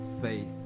faith